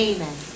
Amen